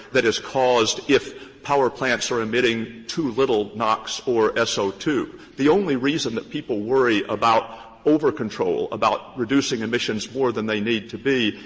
that is caused if power plants are emitting too little nox or s o two. the only reason that people worry about overcontrol, about reducing emissions more than they need to be,